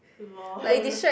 lol